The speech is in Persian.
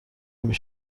نمی